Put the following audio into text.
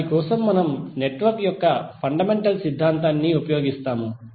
దాని కోసం మనము నెట్వర్క్ యొక్క ఫండమెంటల్ సిద్ధాంతాన్ని ఉపయోగిస్తాము